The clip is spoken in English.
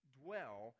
dwell